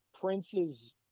Prince's